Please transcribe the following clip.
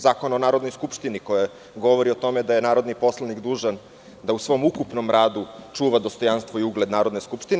Zakona o Narodnoj skupštini koji govori o tome da je narodni poslanik dužan da u svom ukupnom radu čuva dostojanstvo i ugled Narodne skupštine.